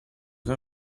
che